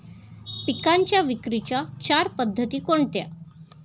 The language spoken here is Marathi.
पिकांच्या विक्रीच्या चार पद्धती कोणत्या?